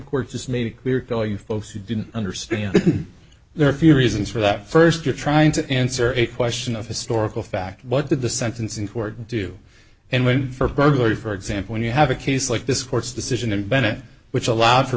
court just made it clear to all you folks who didn't understand there are a few reasons for that first you're trying to answer a question of historical fact what did the sentencing court do and when for burglary for example when you have a case like this court's decision in bennett which allowed for